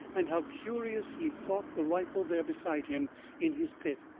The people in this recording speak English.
and how curious he thought the rifle there beside him in his pit,